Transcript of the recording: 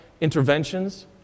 interventions